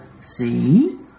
See